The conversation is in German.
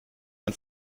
ein